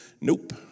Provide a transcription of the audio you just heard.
Nope